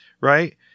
right